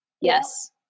yes